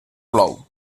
plou